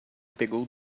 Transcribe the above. pegou